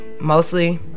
mostly